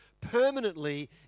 permanently